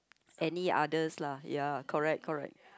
any others lah ya correct correct